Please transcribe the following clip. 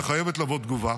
וחייבת לבוא תגובה.